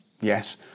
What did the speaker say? Yes